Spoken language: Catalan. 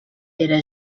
era